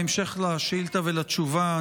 בהמשך לשאילתה ולתשובה,